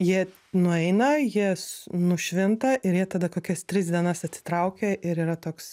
jie nueina jie nušvinta ir jie tada kokias tris dienas atsitraukia ir yra toks